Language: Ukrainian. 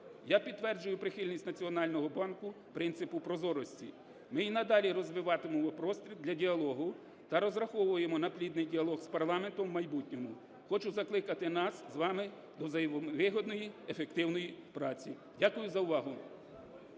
Я підтверджую прихильність Національного банку принципу прозорості. Ми і надалі розвиватимемо простір для діалогу та розраховуємо на плідний діалог з парламентом в майбутньому. Хочу закликати нас з вами до взаємовигідної, ефективної праці. Дякую за увагу.